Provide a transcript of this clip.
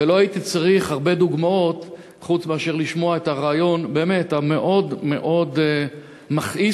ולא הייתי צריך הרבה דוגמאות נוסף על הריאיון המאוד-מאוד מכעיס,